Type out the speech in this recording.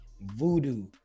voodoo